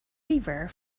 river